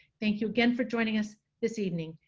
thank you again for joining us this evening.